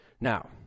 Now